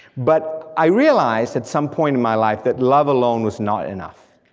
but i realized at some point in my life, that love alone was not enough,